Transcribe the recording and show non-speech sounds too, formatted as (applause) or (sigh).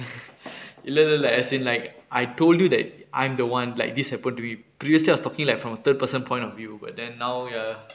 (breath) இல்ல இல்லலல்ல:illa illalla as in like I told you that I am the [one] like this happened to him to be fair I was talking like from a third person point of view but then now ya